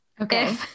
Okay